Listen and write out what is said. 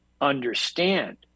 understand